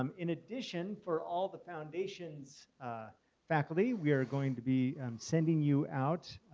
um in addition, for all the foundations faculty, we are going to be sending you out